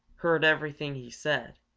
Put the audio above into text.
heard everything he said,